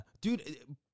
Dude